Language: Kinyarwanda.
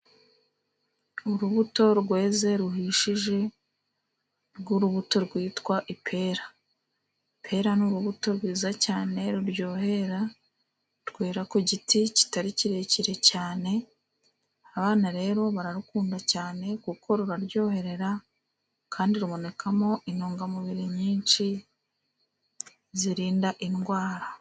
Urubuto rweze ruhishije rw'urubuto rwitwa ipera. Ipera n'urubuto rwiza cyane ruryohera rwera ku giti kitari kirekire cyane, abana rero bararukunda cyane kuko ruraryohera kandi rubonekamo intungamubiri nyinshi zirinda indwara.